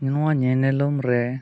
ᱱᱚᱣᱟ ᱧᱮᱱᱮᱞᱚᱢᱨᱮ